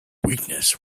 weakness